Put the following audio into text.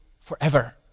forever